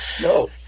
No